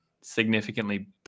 significantly